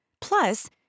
Plus